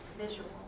Visual